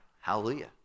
hallelujah